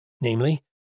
Namely